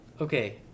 Okay